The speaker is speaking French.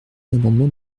l’amendement